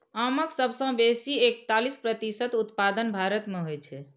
आमक सबसं बेसी एकतालीस प्रतिशत उत्पादन भारत मे होइ छै